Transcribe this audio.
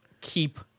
keep